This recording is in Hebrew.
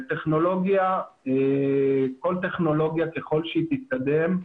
לטכנולוגיה, כל טכנולוגיה ככל שהיא תתקדם,